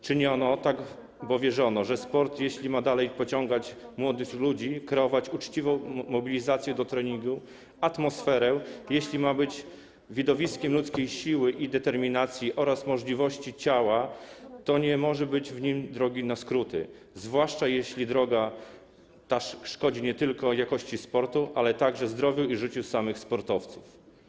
Czyniono tak, bo wierzono, że jeśli sport ma dalej pociągać młodych ludzi, kreować uczciwą mobilizację do treningu i atmosferę, jeśli ma być widowiskiem prezentującym ludzką siłę i determinację oraz możliwości ciała, to nie może być w nim drogi na skróty, zwłaszcza jeśli droga ta szkodzi nie tylko jakości sportu, ale także zdrowiu i życiu samych sportowców.